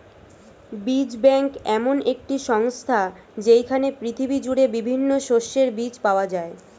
বীজ ব্যাংক এমন একটি সংস্থা যেইখানে পৃথিবী জুড়ে বিভিন্ন শস্যের বীজ পাওয়া যায়